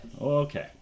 Okay